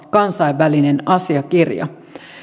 kansainvälinen asiakirja